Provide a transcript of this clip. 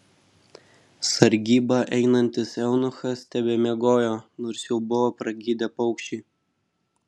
sargybą einantis eunuchas tebemiegojo nors jau buvo pragydę paukščiai